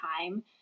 time